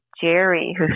Jerry